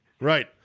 Right